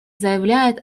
заявляет